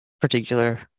particular